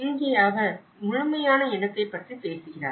இங்கே அவர் முழுமையான இடத்தைப் பற்றி பேசுகிறார்